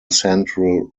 central